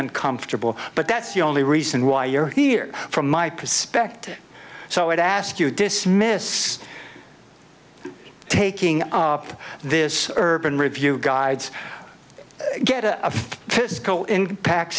uncomfortable but that's the only reason why you're here from my perspective so i ask you to dismiss taking up this urban revue guides get a call in packs